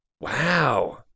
wow